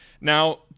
Now